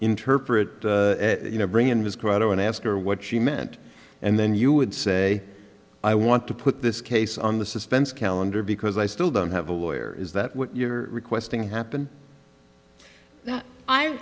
interpret you know bring in his quota and ask her what she meant and then you would say i want to put this case on the suspense calendar because i still don't have a lawyer is that what you're requesting happen